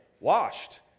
washed